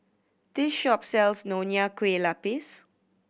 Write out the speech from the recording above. this shop sells Nonya Kueh Lapis